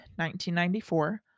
1994